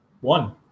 one